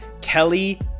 Kelly